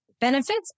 benefits